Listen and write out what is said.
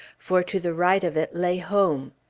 for to the right of it lay home.